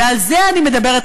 ועל זה אני מדברת,